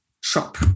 shop